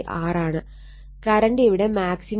current ഇവിടെ maximum ആണ്